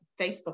facebook